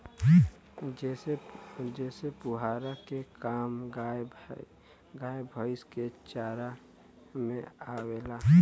जेसे पुआरा के काम गाय भैईस के चारा में आवेला